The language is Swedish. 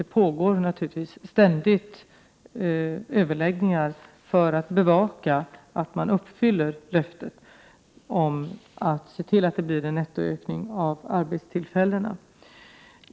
Det pågår naturligtvis ständigt överläggningar för att bevaka att man uppfyller löftet att se till att det blir en nettoökning av arbetstillfällena.